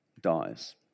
Dies